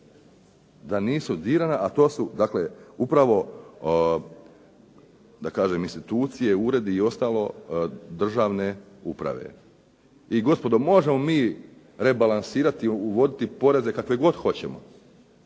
da nisu dirana a to su upravo da kažem institucije, uredi i ostalo državne uprave. I gospodo, možemo mi rebalansirati i uvoditi poreze kakve god hoćemo.